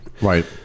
Right